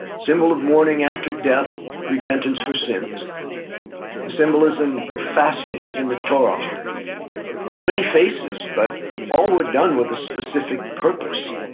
symbol of mourning after death, repentance for sins. the symbolism of fasting in the torah has many faces, but all were done with a specific purpose.